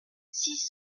six